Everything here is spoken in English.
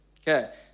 Okay